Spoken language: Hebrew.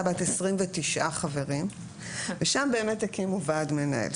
בת 29 חברים ושם באמת הקימו ועד מנהל.